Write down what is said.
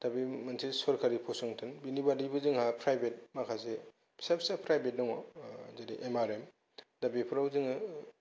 दा बे मोनसे सरकारि फसंथान बिनि बादैबो जोंहा प्राइभेट माखासे फिसा फिसा प्राइभेट दङ जेरै एमआरएम दा बेफोराव जोङो